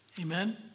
Amen